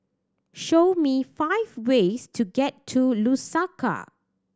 show me five ways to get to Lusaka